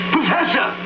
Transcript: Professor